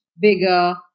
bigger